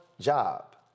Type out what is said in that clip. job